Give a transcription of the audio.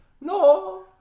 No